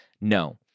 No